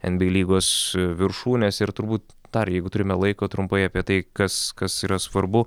nba lygos viršūnėse ir turbūt dar jeigu turime laiko trumpai apie tai kas kas yra svarbu